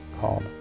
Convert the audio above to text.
called